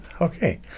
okay